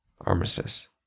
Armistice